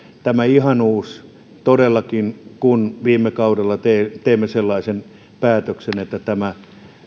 tämä ihanuus kun viime kaudella teimme teimme sellaisen päätöksen että tämä